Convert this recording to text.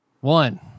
One